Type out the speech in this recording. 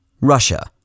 Russia